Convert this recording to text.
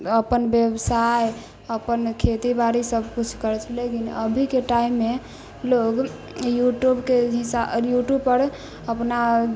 अपन व्यवसाय अपन खेती बारी सब किछु करै छै लेकिन अभी के टाइममे लोग यूट्यूबके ही यूट्यूब पर अपना